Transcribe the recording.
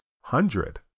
hundred